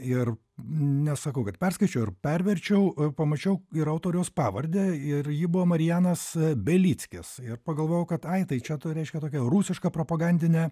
ir nesakau kad perskaičiau ir perverčiau pamačiau ir autoriaus pavardę ir ji buvo marijanas belickis ir pagalvojau kad ai tai čia reiškia tokia rusiška propagandinė